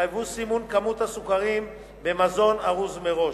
שיחייבו סימון כמות הסוכרים במזון ארוז מראש.